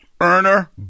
Earner